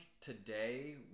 today